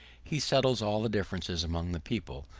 he settles all the differences among the people,